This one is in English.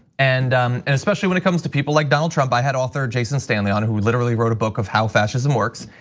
and and especially when it comes to people like donald trump. i had author jason stanley, and who literally wrote a book of how fascism works.